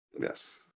yes